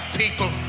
people